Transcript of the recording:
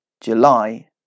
July